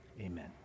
amen